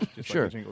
Sure